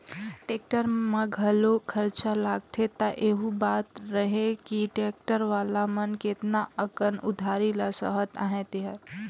tractor में घलो खरचा लागथे त एहू बात रहेल कि टेक्टर वाला मन केतना अकन उधारी ल सहत अहें तेहर